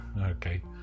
Okay